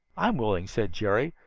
i'm willing, said jerry,